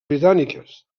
britàniques